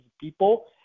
people